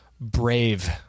brave